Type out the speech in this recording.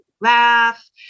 laugh